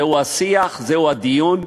זהו השיח, זהו הדיון.